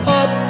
up